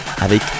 avec